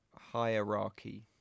hierarchy